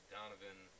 Donovan